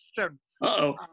Uh-oh